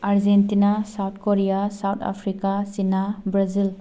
Argentina South Korea South Africa China Brazil